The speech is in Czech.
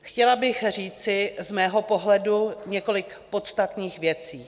Chtěla bych říci z mého pohledu několik podstatných věcí.